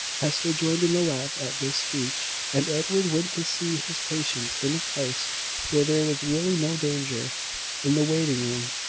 hester joined in the laugh at this speech, and edward went to see his patients in a place where there was really no danger in the waiting-room.